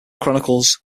chronicles